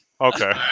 Okay